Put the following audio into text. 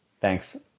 thanks